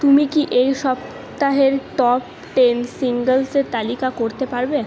তুমি কি এই সপ্তাহের টপ টেন সিঙ্গেলসের তালিকা করতে পারবে